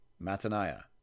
Mataniah